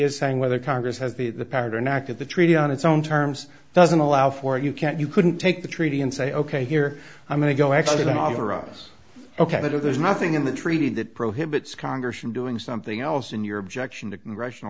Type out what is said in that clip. is saying whether congress has the power to enact at the treaty on its own terms doesn't allow for you can't you couldn't take the treaty and say ok here i'm going to go actually going all over us ok later there's nothing in the treaty that prohibits congress from doing something else in your objection to congressional